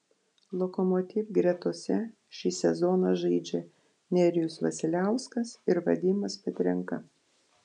lokomotiv gretose šį sezoną žaidžia nerijus vasiliauskas ir vadimas petrenka